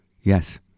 Yes